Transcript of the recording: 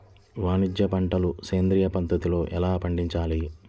వాణిజ్య పంటలు సేంద్రియ పద్ధతిలో ఎలా పండించాలి?